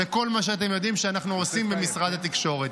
וכל מה שאתם יודעים שאנחנו עושים במשרד התקשורת.